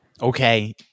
Okay